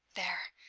there!